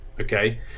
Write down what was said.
Okay